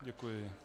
Děkuji.